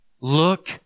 Look